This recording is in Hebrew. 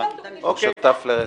בצוותא --- שותף לרצח.